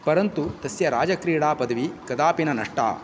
परन्तु तस्य राजक्रीडा पदवी कदापि न नष्टा